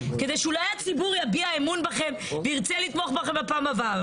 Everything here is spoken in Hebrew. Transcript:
כדי שאולי הציבור יביע אמון בכם וירצה לתמוך בכם בפעם הבאה.